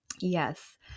Yes